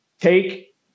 take